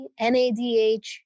NADH